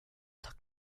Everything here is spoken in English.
look